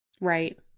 Right